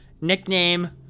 nickname